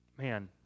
man